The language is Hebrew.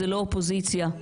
אופוזיציה.